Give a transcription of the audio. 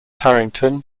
harrington